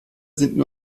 sind